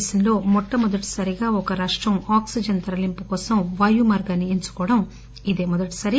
దేశంలో మొట్లమొదటిసారి ఒక రాష్షం ఆక్సిజన్ తరలింపు కోసం వాయు మార్గాన్ని ఎంచుకోవటం ఇదే మొదటిసారి